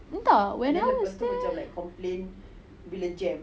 entah when I was still